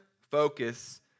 focus